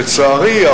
לצערי,